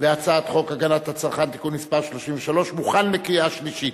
הצעת חוק הגנת הצרכן (תיקון מס' 33) מוכנה לקריאה שלישית.